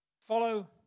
Follow